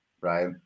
Right